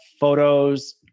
photos